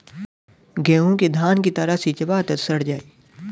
गेंहू के धान की तरह सींचब त सड़ जाई